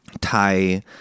Thai